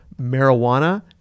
marijuana